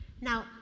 Now